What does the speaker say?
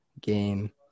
game